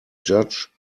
judge